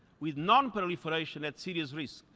with non-proliferation at serious risk.